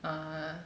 (uh huh)